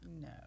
No